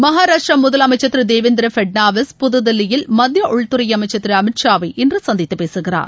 மகாராஷ்டிர முதலமைச்சர் திரு தேவேந்திர பட்னாவிஸ் புதுதில்லியில் மத்திய உள்துறை அமைச்சர் திரு அமித்ஷாவை இன்று சந்தித்து பேசுகிறார்